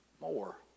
More